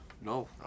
No